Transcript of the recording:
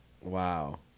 Wow